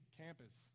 campus